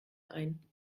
ein